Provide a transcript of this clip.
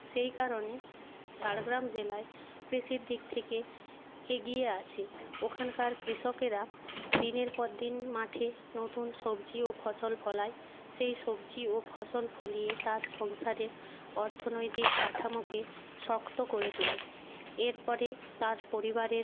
সেই কারণে ঝাড়গ্রাম জেলায় কৃষির দিক থেকে এগিয়ে আছে ওখানকার কৃষকেরা দিনের পর দিন মাঠে নতুন সবজি ও ফসল ফলায় সেই সবজি ও ফসল ফলিয়ে তার সংসারের অর্থনৈতিক কাঠামোকে শক্ত করে তোলে এর পরে তার পরিবারের